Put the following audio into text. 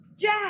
Jack